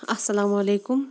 السَلامُ علیکُم